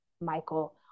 Michael